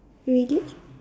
really